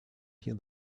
hear